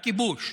בכיבוש?